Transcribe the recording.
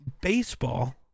Baseball